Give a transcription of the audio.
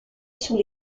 sous